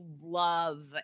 love